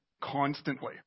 constantly